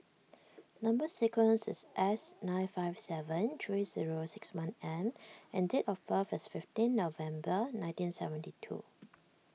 Number Sequence is S nine five seven three zero six one M and date of birth is fifteen November nineteen seventy two